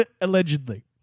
allegedly